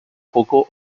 coco